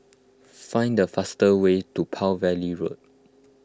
find the fast way to Palm Valley Road